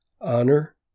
Honor